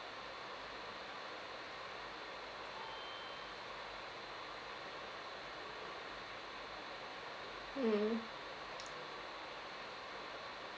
mm